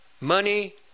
money